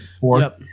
four